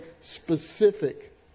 specific